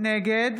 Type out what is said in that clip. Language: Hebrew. נגד